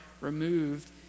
removed